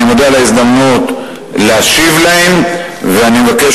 אני מודה על ההזדמנות להשיב עליהם ואני מבקש